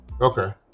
Okay